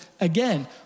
again